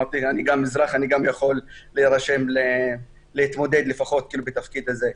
אמרתי: אני גם אזרח אני גם יכול להירשם להתמודד לפחות לתפקיד הזה.